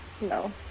no